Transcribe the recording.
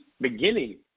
beginning